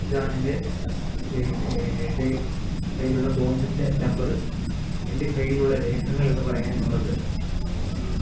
ഇതാണ് എൻറെ എൻ്റെ കയ്യിലുള്ള ബോണ്ടിൻറെ നമ്പർ എൻ്റെ കയ്യിലുള്ള രേഖകളെന്ന് പറയാനുള്ളത്